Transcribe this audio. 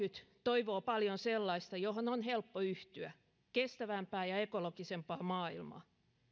toivoo paljon sellaista johon on helppo yhtyä kestävämpää ja ja ekologisempaa maailmaa